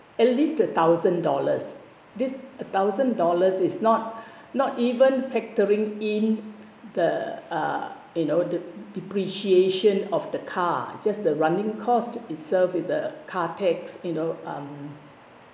at least a thousand dollars this a thousand dollars is not not even factoring in the uh you know the depreciation of the car just the running cost itself with the car tax you know um